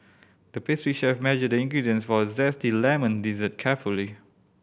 the pastry chef measured the ingredients was zesty lemon dessert carefully